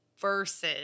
versus